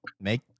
make